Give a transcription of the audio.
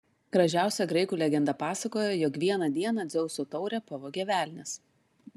gražiausia graikų legenda pasakoja jog vieną dieną dzeuso taurę pavogė velnias